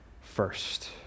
first